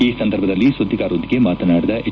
ಈ ಸಂದರ್ಭದಲ್ಲಿ ಸುದ್ದಿಗಾರರೊಂದಿಗೆ ಮಾತನಾಡಿದ ಎಚ್